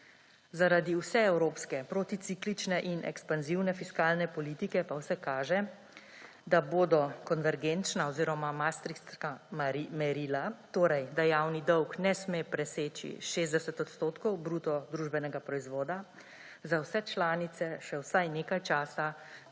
Zaradi vseevropske proticiklične in ekspanzivne fiskalne politike pa vse kaže, da bodo konvergenčna oziroma maastrichtska merila, torej, da javni dolg ne sme preseči 60 odstotkov bruto družbenega proizvoda, za vse članice še vsaj nekaj časa nedosegljiva.